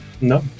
no